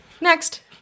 next